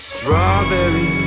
Strawberry